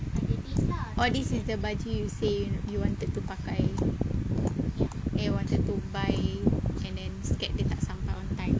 oh this is the baju you say you wanted to pakai eh wanted to buy and then scared dia tak sampai on time